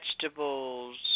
vegetables